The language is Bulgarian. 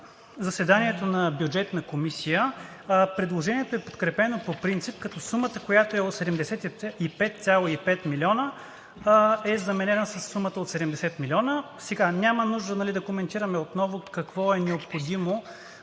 заседанието на Бюджетната комисия предложението е подкрепено по принцип, като сумата, която е 75,5 милиона, е заменена със сумата от 70 милиона. Няма нужда да коментираме отново какво е необходимо